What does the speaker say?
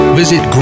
visit